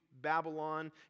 babylon